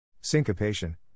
Syncopation